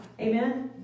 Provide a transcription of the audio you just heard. Amen